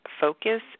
focus